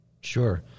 Sure